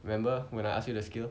remember when I ask you the skill